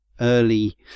early